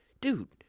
dude